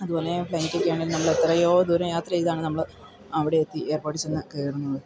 അതു പോലെ ഫ്ലൈറ്റൊക്കെയാണെങ്കിൽ നമ്മളെത്രയോ ദൂരം യാത്ര ചെയ്താണ് നമ്മൾ അവിടെയെത്തി എയർപ്പോട്ടിൽ ചെന്നു കയറുന്നത്